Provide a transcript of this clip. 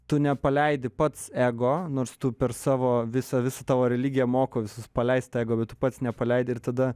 tu nepaleidi pats ego nors tu per savo visą visą tavo religija moko visus paleist tą ego bet tu pats nepaleidi ir tada